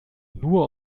nur